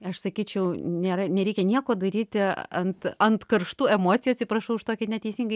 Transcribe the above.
aš sakyčiau nėra nereikia nieko daryti ant ant karštų emocijų atsiprašau už tokį neteisingą